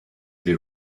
they